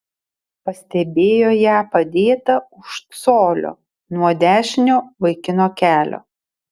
pastebėjo ją padėtą už colio nuo dešinio vaikino kelio